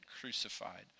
crucified